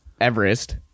Everest